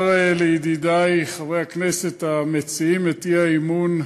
אומר לידידי חברי הכנסת המציעים את האי-אמון,